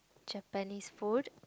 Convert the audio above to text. Japanese food